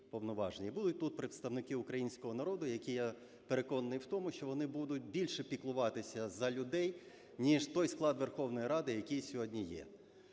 будуть тут представники українського народу, які, я переконаний в тому, що вони будуть більше піклуватися за людей ніж той склад Верховної Ради, який сьогодні є.